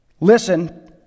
Listen